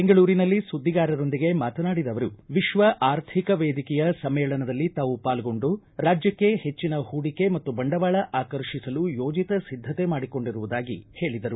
ಬೆಂಗಳೂರಿನಲ್ಲಿ ಸುದ್ದಿಗಾರರೊಂದಿಗೆ ಮಾತನಾಡಿದ ಅವರು ವಿಶ್ವ ಆರ್ಥಿಕ ವೇದಿಕೆಯ ಸಮ್ಮೇಳನದಲ್ಲಿ ತಾವು ಪಾಲ್ಗೊಂಡು ರಾಜ್ಯಕ್ಕೆ ಹೆಚ್ಚಿನ ಹೂಡಿಕೆ ಮತ್ತು ಬಂಡವಾಳ ಆಕರ್ಷಿಸಲು ಯೋಜಿತ ಸಿದ್ದತೆ ಮಾಡಿಕೊಂಡಿರುವುದಾಗಿ ಹೇಳಿದರು